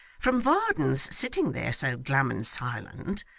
from varden's sitting there so glum and silent,